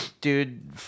Dude